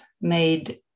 made